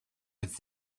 with